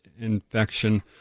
infection